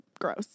gross